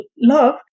love